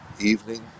evening